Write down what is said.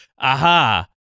aha